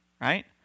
right